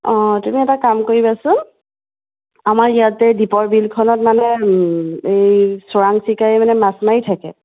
অঁ তুমি এটা কাম কৰিবাচোন আমাৰ ইয়াতে দীপৰ বিলখনত মানে এই চোৰাং চিকাৰীয়ে মানে মাছ মাৰি থাকে